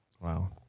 Wow